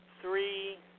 three